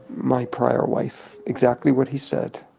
my prior wife exactly what he said.